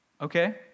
Okay